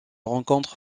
rencontre